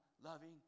Loving